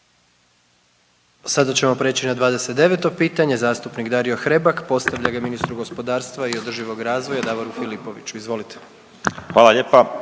Sada ćemo preći na 29. pitanje. Zastupnik Dario Hrebak postavlja ga ministru gospodarstva i održivog razvoja, Davoru Filipoviću. Izvolite. **Hrebak,